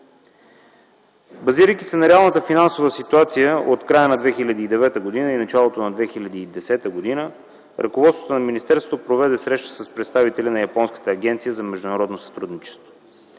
Базирайки се на реалната финансова ситуация от края на 2009 г. и началото на 2010 г. ръководството на министерството проведе среща с представители на японската Агенция за международно сътрудничество.